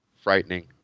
frightening